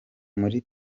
muri